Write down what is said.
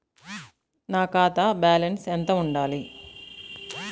నా ఖాతా బ్యాలెన్స్ ఎంత ఉండాలి?